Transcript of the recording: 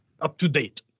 up-to-date